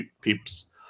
peeps